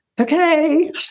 okay